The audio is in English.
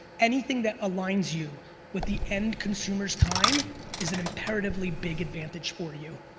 anything that aligns you with the end consumer's time is an imperatively big advantage for you.